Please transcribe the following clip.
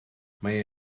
mae